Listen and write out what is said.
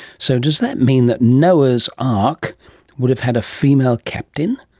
so does that mean that noah's ark would have had a female captain?